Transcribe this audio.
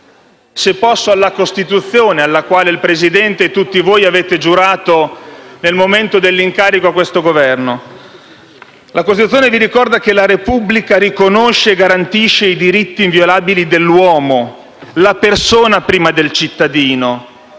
se posso - alla Costituzione, sulla quale il Presidente e tutti voi avete giurato nel momento dell'incarico a questo Governo. La Costituzione vi ricorda che la Repubblica riconosce e garantisce i diritti inviolabili dell'uomo, la persona prima del cittadino,